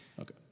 Okay